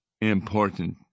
important